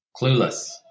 clueless